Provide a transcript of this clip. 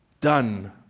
done